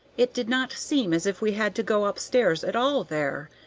it did not seem as if we had to go up stairs at all there,